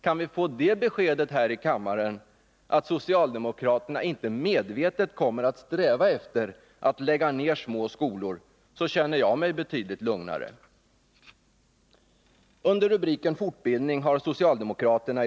Kan vi få det beskedet här i kammaren, att socialdemokraterna inte medvetet kommer att sträva efter att lägga ned små skolor, känner jag mig betydligt lugnare.